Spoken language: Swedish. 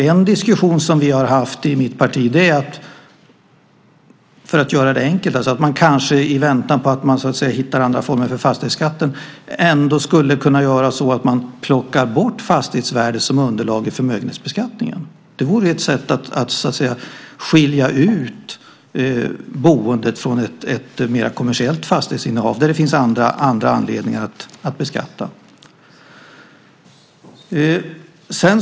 En diskussion som vi har haft i mitt parti är, för att göra det enkelt, att man kanske i väntan på att man hittar andra former för fastighetsskatten ändå skulle kunna göra så att man plockar bort fastighetsvärdet som underlag i förmögenhetsbeskattningen. Det vore ett sätt att skilja ut boendet från ett mer kommersiellt fastighetsinnehav där det finns andra anledningar att beskatta.